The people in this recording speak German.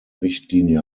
richtlinie